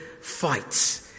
fights